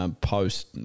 post